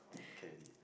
then can already